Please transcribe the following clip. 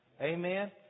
Amen